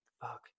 Fuck